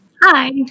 Hi